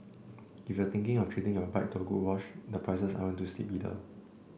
if you're thinking of treating your bike to a good wash the prices aren't too steep either